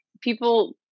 people